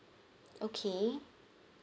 okay